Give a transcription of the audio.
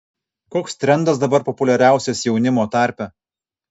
koks trendas dabar populiariausias jaunimo tarpe